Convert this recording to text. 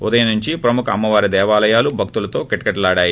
ఉదయం నుంచి ప్రముఖ అమ్మ వారి దేవాలయాలు భక్తులతో కిటకిటలాడాయి